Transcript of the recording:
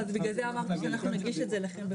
לא, אז בגלל זה אמרתי שאנחנו נגיש את זה אליכם.